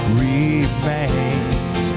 remains